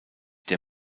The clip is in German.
der